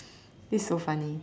this is so funny